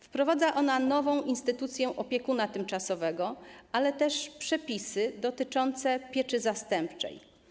Wprowadza ona nową instytucję opiekuna tymczasowego, ale też przepisy dotyczące pieczy zastępczej.